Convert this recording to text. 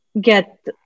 get